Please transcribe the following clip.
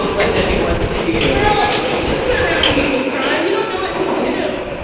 let anyone see you well, you've been around people crying. you don't know what to do.